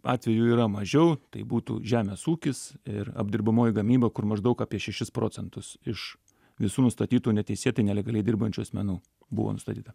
atvejų yra mažiau tai būtų žemės ūkis ir apdirbamoji gamyba kur maždaug apie šešis procentus iš visų nustatytų neteisėtai nelegaliai dirbančių asmenų buvo nustatyta